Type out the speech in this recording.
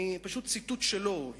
פשוט ציטוט שלו,